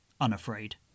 unafraid